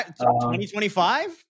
2025